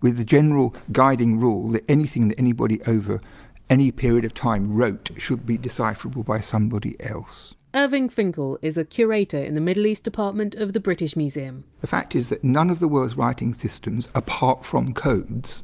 with the general guiding rule that anything that anybody over any period of time wrote should be decipherable by somebody else irving finkel is a curator in the middle east department of the british museum the fact is that none of the world's writing systems apart from codes